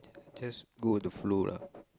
just go with the flow lah